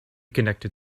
connected